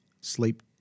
sleep